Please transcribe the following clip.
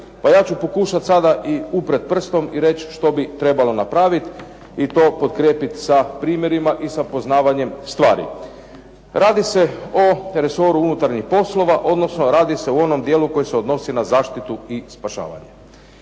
Pa ja ću pokušati uprti prstom i reći što bi trebali napraviti i to potkrijepiti sa primjerima i sa poznavanjem stvari. Radi se o resoru unutarnjih poslova, odnosno radi se u onom dijelu koji se odnosi na zaštitu i spašavanje.